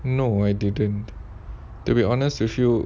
no I didn't to be honest with you